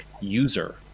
user